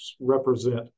represent